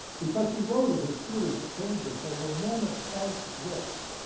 because he wrote of his tutors at cambridge they were men of sharp wits,